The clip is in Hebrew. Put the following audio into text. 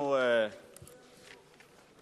תודה רבה,